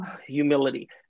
humility